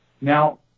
now